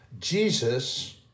Jesus